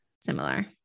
similar